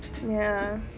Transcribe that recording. ya